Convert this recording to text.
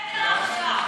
במגנומטר עכשיו,